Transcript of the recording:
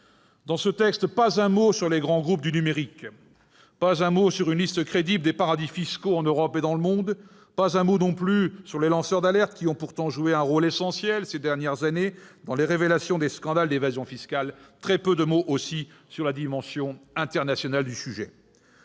Dans ce texte, il n'y a pas un mot sur les grands groupes du numérique, pas un mot sur une liste crédible des paradis fiscaux en Europe et dans le monde, pas un mot non plus sur les lanceurs d'alerte, qui ont pourtant joué un rôle essentiel ces dernières années dans les révélations de scandales d'évasion fiscale, très peu de mots, enfin, sur la dimension internationale du sujet.